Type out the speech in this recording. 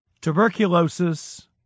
Tuberculosis